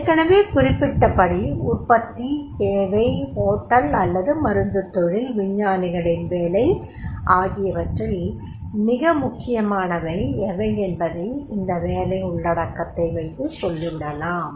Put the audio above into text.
ஏற்கனவே குறிப்பிட்டபடி உற்பத்தி சேவை ஹோட்டல் அல்லது மருந்துத் தொழில் விஞ்ஞானிகளின் வேலை ஆகியவற்றில் மிக முக்கியமானவை எவை என்பதை இந்த வேலை உள்ளடக்கத்தை வைத்து சொல்லிவிடலாம்